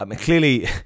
Clearly